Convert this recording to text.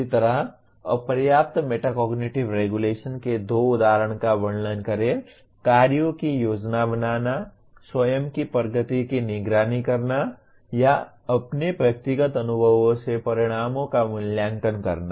इसी तरह अपर्याप्त मेटाकोग्निटिव रेगुलेशन के दो उदाहरणों का वर्णन करें कार्यों की योजना बनाना स्वयं की प्रगति की निगरानी करना या अपने व्यक्तिगत अनुभवों से परिणामों का मूल्यांकन करना